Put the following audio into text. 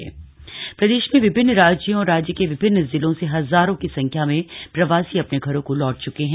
प्रवासी वापसी प्रदेश में विभिन्न राज्यों और राज्य के विभिन्न जिलों से हजारों की संख्या में प्रवासी अपने घरों को लौट चुके है